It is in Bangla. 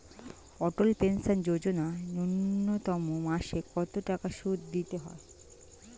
অটল পেনশন যোজনা ন্যূনতম মাসে কত টাকা সুধ দিতে হয়?